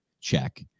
Check